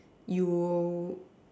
you'll